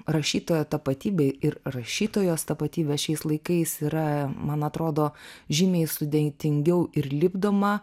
rašytojo tapatybė ir rašytojos tapatybė šiais laikais yra man atrodo žymiai sudėtingiau ir lipdoma